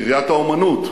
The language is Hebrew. קריית האמנות,